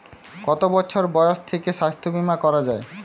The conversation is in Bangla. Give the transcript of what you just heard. কত বছর বয়স থেকে স্বাস্থ্যবীমা করা য়ায়?